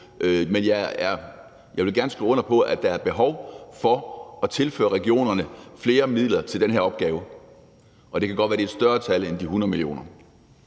Men jeg vil gerne skrive under på, at der er behov for at tilføre regionerne flere midler til den her opgave, og det kan godt være, at det er et større tal end de 100 mio.